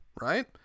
right